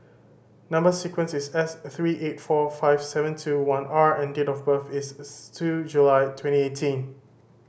number sequence is S three eight four five seven two one R and date of birth is two July twenty eighteen